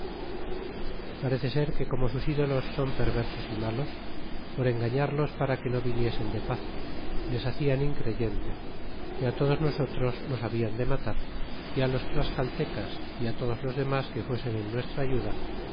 parece ser que como sus ídolos son perversos y malos por engañados para que no viniesen de paz les haclan in creyente que todos nosotros nos habian de matar y á los tlascaltecas y todos los demas que fuesen en nuestra ayuda